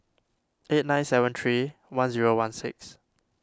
eight nine seven three one zero one six